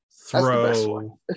throw